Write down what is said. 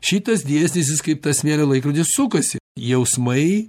šitas dėsnis jis kaip tas smėlio laikrodis sukasi jausmai